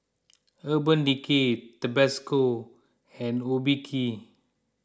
Urban Decay Tabasco and Obike